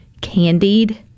candied